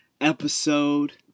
episode